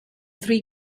three